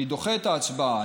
אני דוחה את ההצבעה.